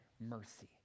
mercy